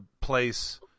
place